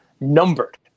numbered